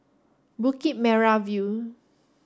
Bukit Merah View